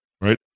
right